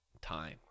time